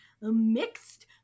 mixed